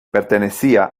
pertenecía